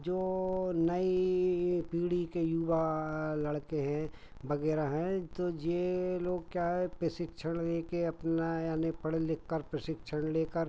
जो नई पीढ़ी के युवा लड़के हैं वग़ैरह हैं तो यह लोग क्या है प्रशिक्षण लेकर अपना यानी पढ़ लिखकर प्रशिक्षण लेकर